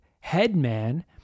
Headman